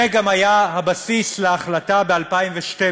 זה גם היה הבסיס להחלטה ב-2012,